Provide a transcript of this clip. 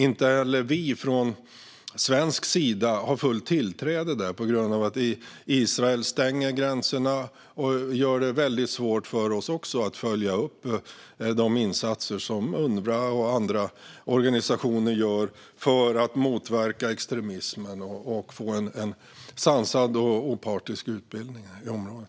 Inte heller vi från svensk sida har fullt tillträde dit på grund av att Israel stänger gränserna och gör det väldigt svårt för oss att följa upp de insatser som Unrwa och andra organisationer gör för att motverka extremismen och få en sansad och opartisk utbildning i området.